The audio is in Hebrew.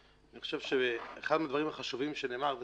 אני חושב שאחד הדברים החשובים שנאמר הוא